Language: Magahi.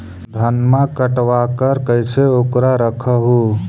धनमा कटबाकार कैसे उकरा रख हू?